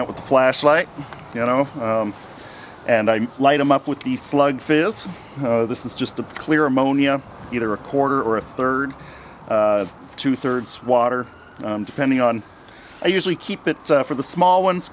out with a flashlight you know and i light him up with these slug fills this is just the clear ammonia either a quarter or a third two thirds water depending on i usually keep it for the small ones